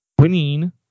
winning